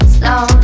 Slow